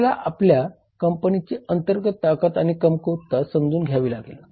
आपल्याला आपल्या कंपनीची अंतर्गत ताकद आणि कमकुवतपणा समजून घ्यावी लागेल